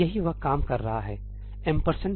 यही वह काम कर रहा है ampersand tsum